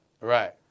right